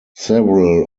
several